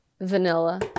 vanilla